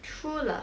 true love